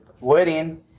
wedding